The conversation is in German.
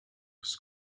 ist